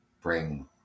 bring